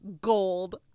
gold